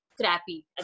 crappy